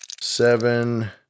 seven